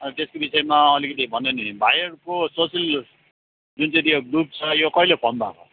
त्यसको विषयमा अलिकति भन्नु नि भाइहरूको सोसल जुन चाहिँ त्यो ग्रुप छ यो कहिले फम भएको